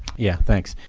yeah, thanks.